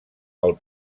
pel